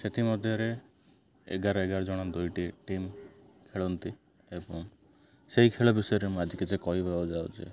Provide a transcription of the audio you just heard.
ସେଥିମଧ୍ୟରେ ଏଗାର ଏଗାର ଜଣ ଦୁଇଟି ଟିମ୍ ଖେଳନ୍ତି ଏବଂ ସେହି ଖେଳ ବିଷୟରେ ମୁଁ ଆଜି କିଛି କହିବାକୁ ଯାଉଛି